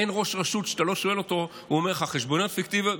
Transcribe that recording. אין ראש רשות שאתה לא שואל אותו והוא אומר לך: חשבוניות פיקטיביות,